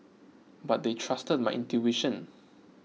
but they trusted my intuition